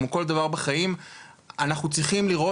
כמו כל דבר בחיים אנחנו צריכים לראות